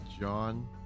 John